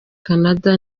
canada